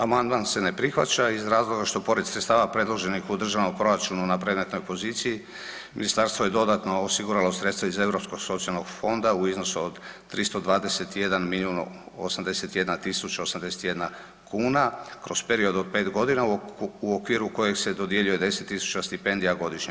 Amandman se ne prihvaća iz razloga što pored sredstava predloženih u državnom proračuna na predmetnoj poziciji ministarstvo je dodatno osiguralo sredstva iz Europskog socijalnog fonda u iznosu od 321 milijun 81 tisuća 81 kuna kroz period od 5 godina u okviru kojeg se dodjeljuje 10.000 stipendija godišnje.